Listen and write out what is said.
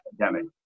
pandemic